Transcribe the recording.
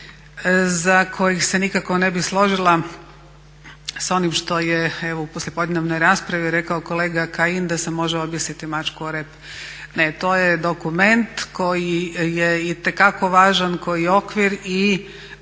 za koji se nikako ne bi složila s onim što je u poslijepodnevnoj raspravi rekao kolega Kajin da se može objesiti mačku o Republika Hrvatska. Ne, to je dokument koji je itekako važan, koji je okvir i